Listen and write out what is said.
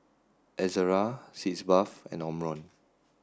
Ezerra Sitz Bath and Omron